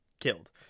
killed